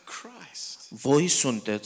Christ